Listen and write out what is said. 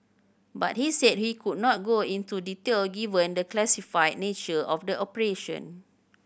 but he said he could not go into detail given the classified nature of the operation